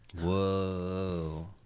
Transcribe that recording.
Whoa